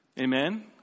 Amen